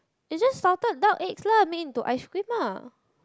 it's just salted duck eggs lah made into ice cream lah